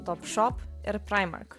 top šop ir praimark